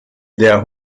der